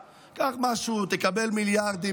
קח משהו, תקבל מיליארדים.